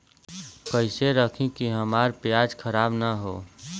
कइसे रखी कि हमार प्याज खराब न हो?